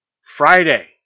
Friday